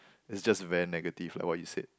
is just very negative like what you said